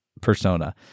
persona